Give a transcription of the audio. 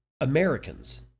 Americans